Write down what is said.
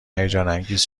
هیجانانگیز